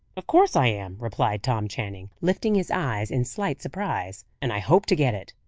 of course i am, replied tom channing, lifting his eyes in slight surprise. and i hope to get it.